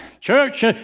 Church